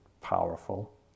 powerful